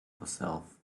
herself